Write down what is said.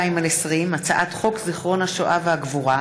פ/5912/20 וכלה בהצעת חוק פ/5931/20: הצעת חוק זיכרון השואה והגבורה,